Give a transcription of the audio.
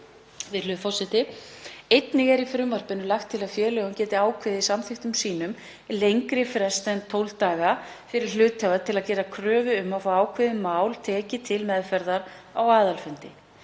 fyrir fundinn. Einnig er í frumvarpinu lagt til að félög geti ákveðið í samþykktum sínum lengri frest en 12 daga fyrir hluthafa til að gera kröfu um að fá ákveðið mál tekið til meðferðar á aðalfundi.